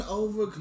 over